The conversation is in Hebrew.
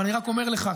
ואני רק אומר לך,